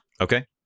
Okay